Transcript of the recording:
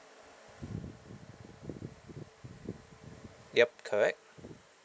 yup correct